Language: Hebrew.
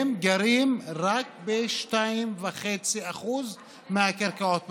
הם גרים רק ב-2.5% מהקרקעות בנגב.